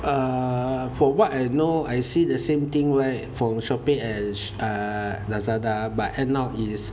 uh for what I know I see the same thing where for Shopee and uh Lazada but end up is